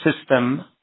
system